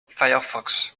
firefox